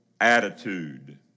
Attitude